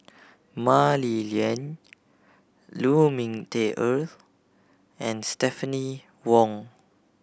Mah Li Lian Lu Ming Teh Earl and Stephanie Wong